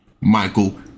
Michael